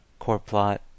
Coreplot